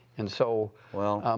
and so. well.